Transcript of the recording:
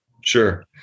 Sure